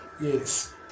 Yes